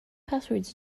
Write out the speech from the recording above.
passwords